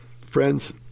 Friends